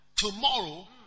tomorrow